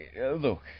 look